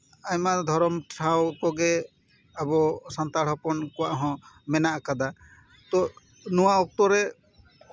ᱟᱭᱢᱟ ᱫᱷᱚᱨᱚᱢ ᱴᱷᱟᱶ ᱠᱚᱜᱮ ᱥᱟᱱᱛᱟᱲ ᱦᱚᱯᱚᱱ ᱠᱚᱣᱟᱜ ᱦᱚᱸ ᱢᱮᱱᱟᱜ ᱠᱟᱫᱟ ᱛᱚ ᱱᱚᱣᱟ ᱚᱠᱛᱚ ᱨᱮ